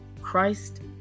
Christ